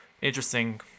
interesting